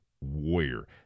warrior